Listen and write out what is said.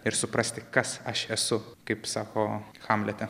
ir suprasti kas aš esu kaip sako hamlete